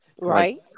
Right